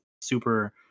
super